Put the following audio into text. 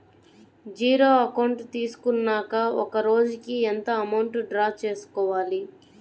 Zero account తీసుకున్నాక ఒక రోజుకి ఎంత అమౌంట్ డ్రా చేసుకోవాలి?